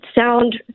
sound